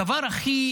הדבר הכי